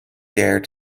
dare